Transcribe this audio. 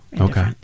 Okay